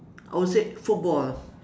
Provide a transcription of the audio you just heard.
I would say football ah